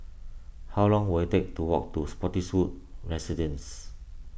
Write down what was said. how long will it take to walk to Spottiswoode Residences